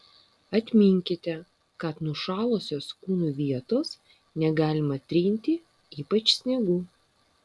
atminkite kad nušalusios kūno vietos negalima trinti ypač sniegu